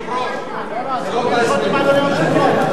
לשנת הכספים 2011,